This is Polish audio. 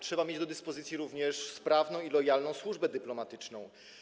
Trzeba mieć do dyspozycji również sprawną i lojalną służbę dyplomatyczną.